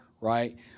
right